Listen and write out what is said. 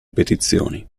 petizioni